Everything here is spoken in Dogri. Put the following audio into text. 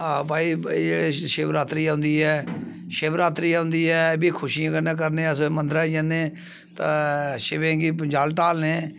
हां भाई एह् जेह्ड़ी शिवरात्री औंदी ऐ शिवरात्री औंदी ऐ एह् बी खुशी कन्नै करने अस मंदरै गी जन्ने ते शिवें गी जल ढालने